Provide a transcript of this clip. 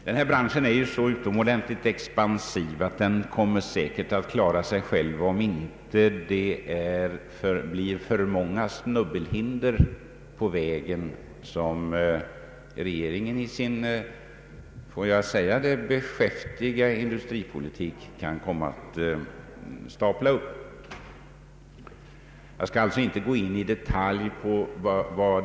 Denna bransch är så utomordentligt expansiv att den säkert kommer att klara sig själv, om inte regeringen i sin — får jag säga det — beskäftiga industripoli tik staplar upp alltför många snubbelhinder på vägen.